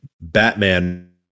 Batman